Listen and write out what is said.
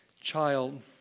child